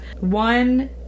one